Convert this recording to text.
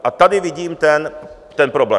A tady vidím ten problém.